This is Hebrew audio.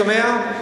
שומע?